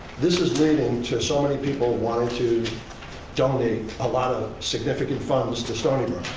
this is leading to so many people wanting to donate a lot of significant funds to stony